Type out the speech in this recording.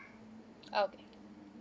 um